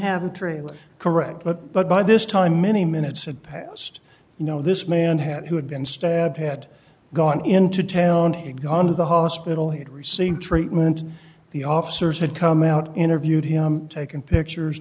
have a tree correct but but by this time many minutes had passed you know this man had who had been stabbed had gone into town he'd gone to the hospital had received treatment the officers had come out interviewed him taken pictures